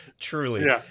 truly